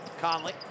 Conley